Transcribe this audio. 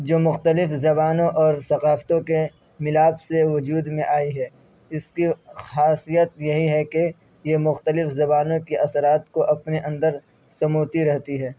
جو مختلف زبانوں اور ثقافتوں کے ملاپ سے وجود میں آئی ہے اس کی خاصیت یہی ہے کہ یہ مختلف زبانوں کے اثرات کو اپنے اندر سموتی رہتی ہے